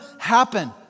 happen